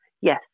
Yes